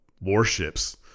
Warships